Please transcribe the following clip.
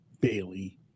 Bailey